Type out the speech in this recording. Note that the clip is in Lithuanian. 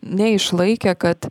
neišlaikė kad